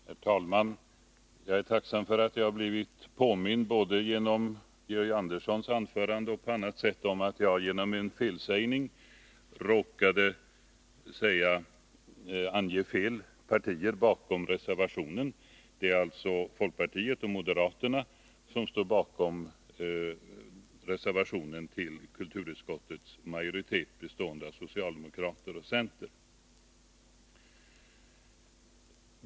Herr talman! Jag är tacksam för att jag har blivit påmind om, både genom Georg Anderssons anförande och på annat sätt, att jag genom en felsägning råkade ange fel partier bakom reservationen. Det är alltså folkpartiet och moderaterna som står bakom reservationen till kulturutskottets majoritet bestående av socialdemokraterna och centern.